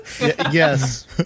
Yes